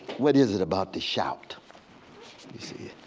what is it about the shout you see?